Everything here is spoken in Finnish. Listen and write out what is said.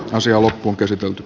asiaa loppuunkäsitelty